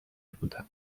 بودم